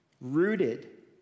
Rooted